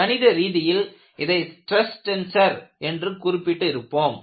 கணித ரீதியில் இதை ஸ்ட்ரெஸ் டென்சர் என்று குறிப்பிட்டு இருப்போம்